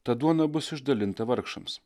ta duona bus išdalinta vargšams